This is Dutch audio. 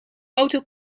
auto